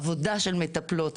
עבודה של מטפלות.